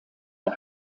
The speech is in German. der